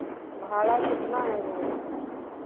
भाड़ा कितना है भाई